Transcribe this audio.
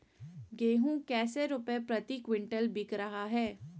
गेंहू कैसे रुपए प्रति क्विंटल बिक रहा है?